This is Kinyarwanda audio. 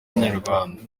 inyarwanda